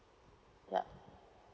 yup